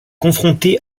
confronté